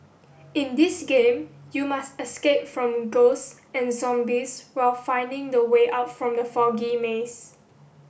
in this game you must escape from ghost and zombies while finding the way out from the foggy maze